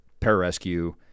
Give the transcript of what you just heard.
pararescue